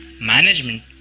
management